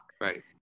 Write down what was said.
Right